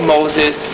Moses